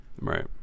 Right